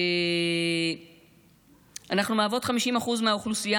אנחנו 50% מהאוכלוסייה,